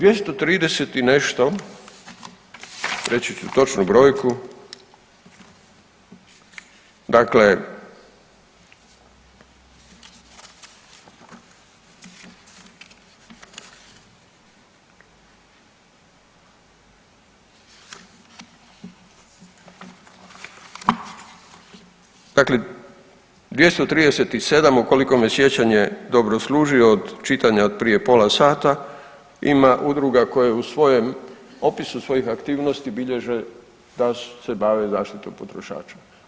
230 i nešto, reći ću točnu brojku, dakle, dakle 237, ukoliko me sjećanje dobro služi od čitanja od prije pola sata, ima udruga koje u svojem opisu svojih aktivnosti bilježe da se bave zaštitom potrošača.